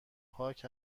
خاک